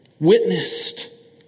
witnessed